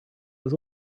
was